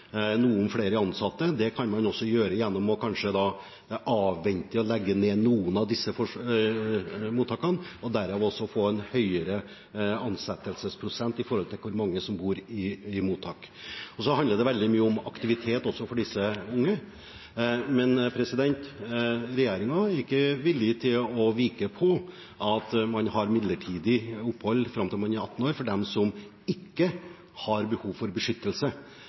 ansatte flere. Det kan man kanskje også gjøre gjennom å avvente det å legge ned noen av disse mottakene og dermed få en høyere ansettelsesprosent etter hvor mange som bor i mottak. Så handler det veldig mye om aktivitet, også for disse unge. Men regjeringen er ikke villig til å vike på at de som ikke har behov for beskyttelse, har midlertidig opphold fram til de er 18 år.